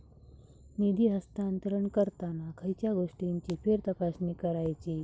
निधी हस्तांतरण करताना खयच्या गोष्टींची फेरतपासणी करायची?